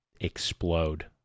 explode